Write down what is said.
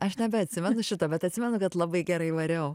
aš nebeatsimenu šito bet atsimenu kad labai gerai variau